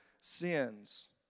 sins